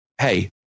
hey